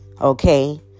okay